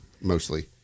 mostly